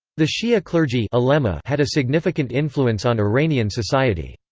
the shi'a clergy like um ah had a significant influence on iranian society.